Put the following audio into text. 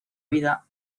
vida